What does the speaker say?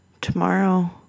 tomorrow